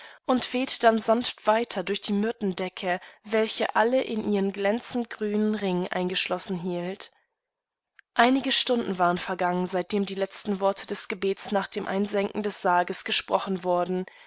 und wehete dann sanft weiter durch die myrtendecke welchealleinihrenglänzendgrünenringeingeschlossenhielt einige stunden waren vergangen seitdem die letzten worte des gebets nach dem einsenken des sarges gesprochen worden